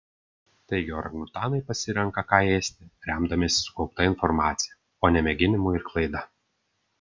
taigi orangutanai pasirenka ką ėsti remdamiesi sukaupta informacija o ne mėginimu ir klaida